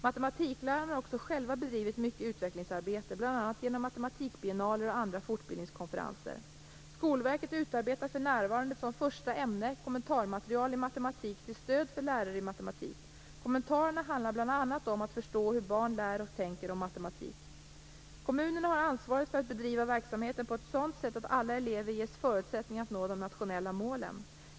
Matematiklärarna har också själva bedrivit mycket utvecklingsarbete, bl.a. genom matematikbiennaler och andra fortbildningskonferenser. Skolverket utarbetar för närvarande som första ämne kommentarmaterial i matematik till stöd för lärare i matematik. Kommentarerna handlar bl.a. om att förstå hur barn lär och tänker om matematik. Kommunerna har ansvaret för att bedriva verksamheten på ett sådant sätt att alla elever ges förutsättningar att nå de nationella målen.